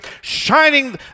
shining